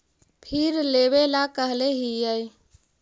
फिर लेवेला कहले हियै?